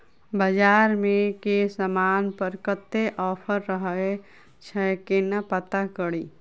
बजार मे केँ समान पर कत्ते ऑफर रहय छै केना पत्ता कड़ी?